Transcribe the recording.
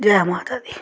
जय माता दी